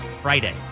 Friday